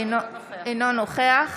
אינו נוכח